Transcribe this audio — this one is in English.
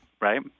right